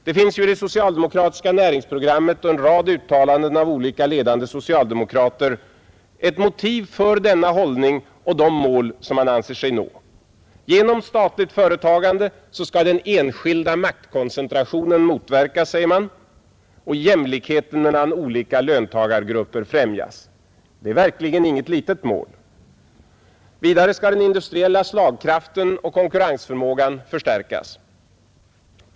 Det finns i det socialdemokratiska näringsprogrammet och i en rad uttalanden av olika ledande socialdemokrater ett motiv till denna hållning och de mål man anser sig nå. Genom statligt företagande skall den enskilda maktkoncentrationen motverkas, säger man, och jämlikheten mellan olika löntagargrupper främjas. Det är sannerligen inget litet mål. Vidare skall den industriella slagkraften och konkurrensförmågan förstärkas.